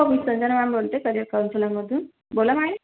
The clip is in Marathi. हो मी संजना मॅम बोलते करिअर कौन्सिलरमधून बोला